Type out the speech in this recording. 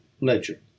Ledger